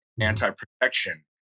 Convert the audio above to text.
anti-protection